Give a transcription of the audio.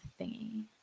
thingy